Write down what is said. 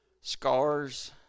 scars